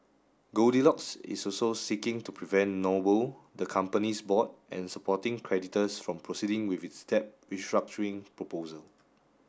goldilocks is also seeking to prevent Noble the company's board and supporting creditors from proceeding with its debt restructuring proposal